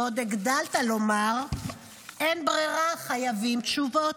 ועוד הגדלת לומר: אין ברירה, חייבים תשובות.